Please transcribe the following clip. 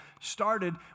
started